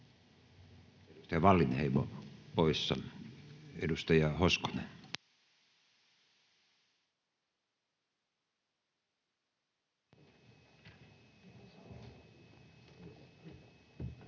Edustaja Wallinheimo poissa. — Edustaja Hoskonen.